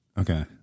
Okay